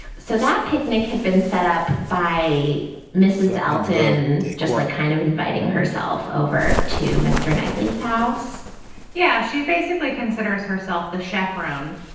so that picnic had been set up by mrs alten, just like kind of inviting herself over to mr knightley's house yeah. she basically considers herself the chaperone.